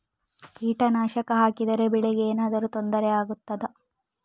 ಕೀಟನಾಶಕ ಹಾಕಿದರೆ ಬೆಳೆಗೆ ಏನಾದರೂ ತೊಂದರೆ ಆಗುತ್ತದಾ?